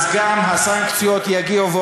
גם הסנקציות יגיעו.